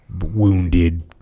wounded